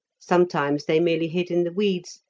sometimes they merely hid in the weeds,